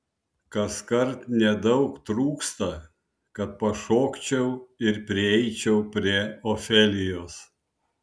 kaskart nedaug trūksta kad pašokčiau ir prieičiau prie ofelijos